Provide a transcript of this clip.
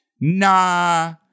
nah